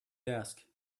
desk